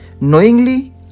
knowingly